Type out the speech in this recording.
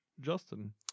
Justin